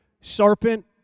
serpent